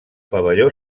pavelló